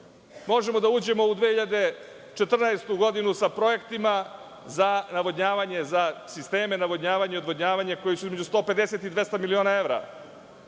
bave. Možemo da uđemo u 2014. godinu sa projektima za navodnjavanje, za sisteme navodnjavanja i odvodnjavanja, koji su između 150 i 200 miliona evra,